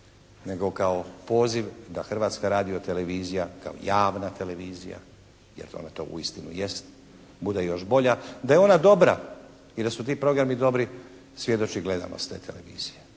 nego kao poziv da Hrvatska radiotelevizija kao javna televizija, jer ona to uistinu jest, bude još bolja. Da je ona dobra i da su ti programi dobri svjedoči gledanost te televizije,